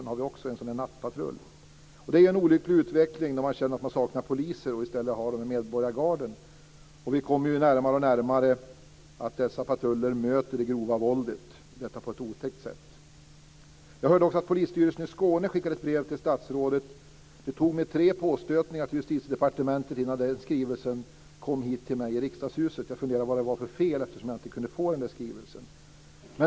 Där har vi en sådan här nattpatrull. Det är en olycklig utveckling när man känner att man saknar poliser och i stället har medborgargarden. Vi kommer närmare och närmare en situation där de här patrullerna möter det grova våldet på ett otäckt sätt. Jag hörde också att Polisstyrelsen i Skåne skickade ett brev till statsrådet. Det tog mig tre påstötningar till Justitiedepartementet innan den skrivelsen kom hit till mig i Riksdagshuset. Jag funderade på vad det var för fel eftersom jag inte kunde få denna skrivelse.